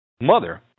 mother